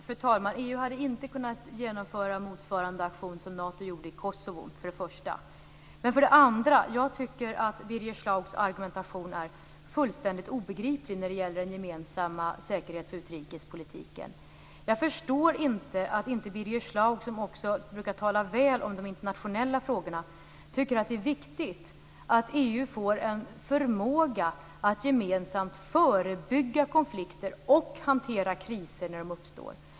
Fru talman! För det första hade EU inte kunnat genomföra motsvarande aktion som Nato gjorde i För det andra tycker jag att Birger Schlaugs argumentation är fullständigt obegriplig när det gäller den gemensamma säkerhets och utrikespolitiken. Jag förstår inte att inte Birger Schlaug, som också brukar tala väl om de internationella frågorna, tycker att det är viktigt att EU får en förmåga att gemensamt förebygga konflikter och hantera kriser när de uppstår.